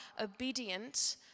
obedient